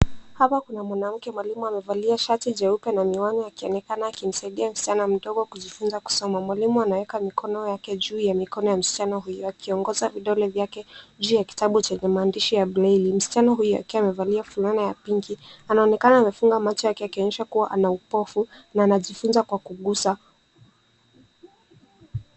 Hapa kuna mwanamke mwalimu amevalia shati jeupe na miwani akionekana akimsaidia msichana mdogo kujifunza kusoma. Mwalimu anaweka mikono yake juu ya mikono ya msichana huyu, akiongoza vidole vyake juu ya kitabu chenye maandishi ya braille . Msichana huyu akiwa amevalia fulana ya pinki, anaonekana amefunga macho yake akionyesha kuwa ana upofu na anajifunza kwa kugusa.